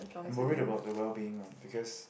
I'm worried about the well being lah because